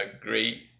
great